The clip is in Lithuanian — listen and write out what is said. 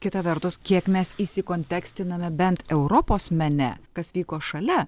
kita vertus kiek mes įsikontekstiname bent europos mene kas vyko šalia